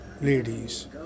ladies